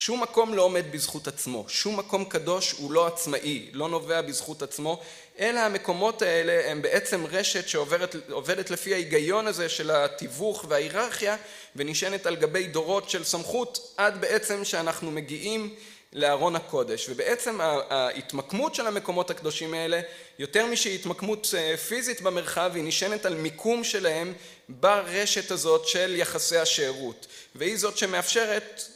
שום מקום לא עומד בזכות עצמו, שום מקום קדוש הוא לא עצמאי, לא נובע בזכות עצמו, אלא המקומות האלה הם בעצם רשת שעובדת לפי ההיגיון הזה של התיווך וההיררכיה, ונשענת על גבי דורות של סמכות, עד בעצם שאנחנו מגיעים לארון הקודש. ובעצם ההתמקמות של המקומות הקדושים האלה, יותר משהא התמקמות פיזית במרחב, היא נשענת על מיקום שלהם ברשת הזאת של יחסי השארות. והיא זאת שמאפשרת...